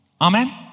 Amen